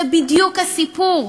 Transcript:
זה בדיוק הסיפור.